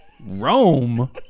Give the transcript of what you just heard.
Rome